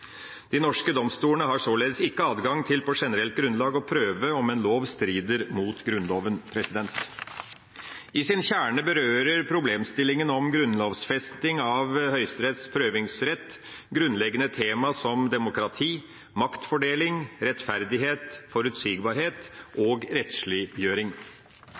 De norske domstolene har således ikke adgang til på generelt grunnlag å prøve om en lov strider mot Grunnloven. I sin kjerne berører problemstillinga om grunnlovfesting av Høyesteretts prøvingsrett grunnleggende temaer som demokrati, maktfordeling, rettferdighet, forutsigbarhet og rettsliggjøring.